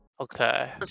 Okay